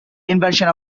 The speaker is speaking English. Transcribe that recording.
inversion